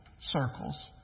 circles